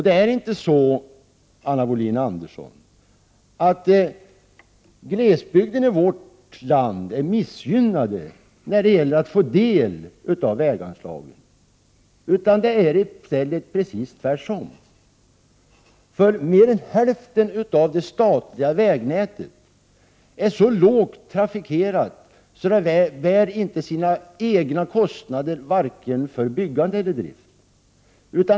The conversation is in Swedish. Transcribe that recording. Det är inte så, Anna Wohlin-Andersson, att glesbygden i vårt land är missgynnad när det gäller att få del av väganslaget, utan det förhåller sig precis tvärtom. Mer än hälften av det statliga vägnätet är så lågt trafikerat att det inte bär sina egna kostnader, vare sig för byggande eller drift.